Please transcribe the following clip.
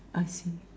I see